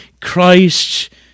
Christ